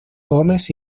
gomes